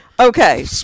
Okay